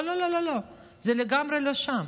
לא לא לא, זה לגמרי לא שם.